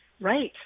Right